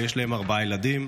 ויש להם ארבעה ילדים,